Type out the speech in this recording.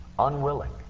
Unwilling